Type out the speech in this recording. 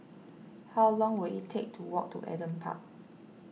how long will it take to walk to Adam Park